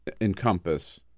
encompass